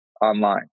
online